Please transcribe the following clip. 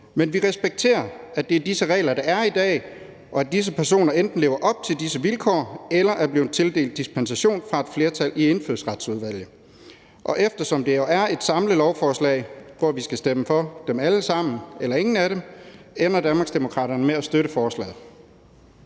Men vi respekterer, at det er disse regler, der er i dag, og at disse personer enten lever op til disse vilkår eller er blevet tildelt dispensation af et flertal i Indfødsretsudvalget. Og eftersom det jo er et samlet lovforslag, hvor vi skal stemme for dem alle sammen eller ingen af dem, ender Danmarksdemokraterne med at støtte forslaget.